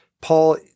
Paul